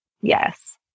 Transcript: Yes